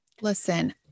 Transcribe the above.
Listen